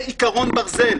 זה יהיה עיקרון ברזל.